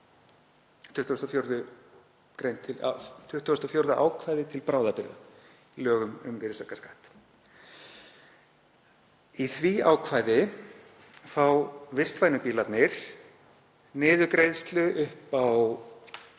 24. ákvæði til bráðabirgða í lögum um virðisaukaskatt. Í því ákvæði fá vistvænu bílarnir niðurgreiðslu upp á 960.000